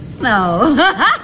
No